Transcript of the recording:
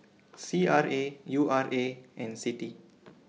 C R A U R A and CITI